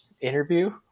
interview